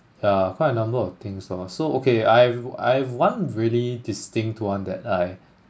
yeah quite a number of things lor so okay I have I have one really distinct one that I